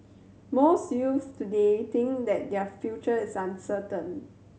most youths today think that their future is uncertain